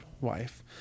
wife